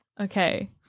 Okay